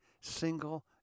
single